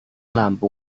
lampu